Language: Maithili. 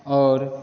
आओर